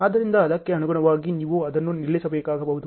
ಆದ್ದರಿಂದ ಅದಕ್ಕೆ ಅನುಗುಣವಾಗಿ ನೀವು ಅದನ್ನು ನಿಲ್ಲಿಸಬೇಕಾಗಬಹುದು